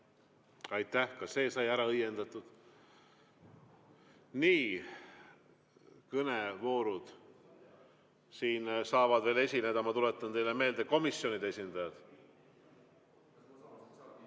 Aitäh! Ka see sai ära õiendatud. Nii, kõnevoorud. Siin saavad veel esineda, ma tuletan teile meelde, komisjonide esindajad.